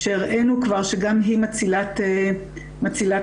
שהראינו כבר שגם היא מצילת חיים.